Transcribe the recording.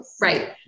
right